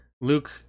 luke